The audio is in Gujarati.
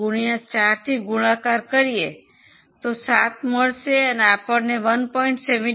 75 x 4 થી ગુણાકાર કરીએ તો 7 મળશે અને આપણે 1